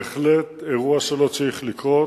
בהחלט אירוע שלא צריך לקרות.